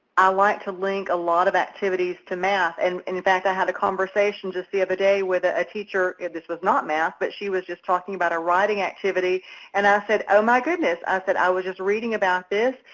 i like to link a lot of activities to math. and in in fact, i had a conversation just the other day with a a teacher this was not math, but she was just talking about a writing activity and i said, oh my goodness. i said, i was just reading about this,